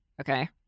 okay